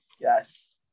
Yes